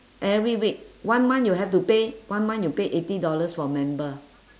every week one month you have to pay one month you pay eighty dollars for member